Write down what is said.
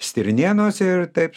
stirnienos ir taip